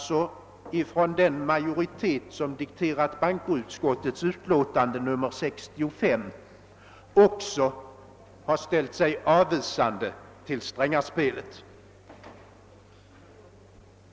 Den majoritet som dikterat bankoutskottets utlåtande nr 65 borde, om den varit logisk, också ha ställt sig avvisande till Strängaspelet.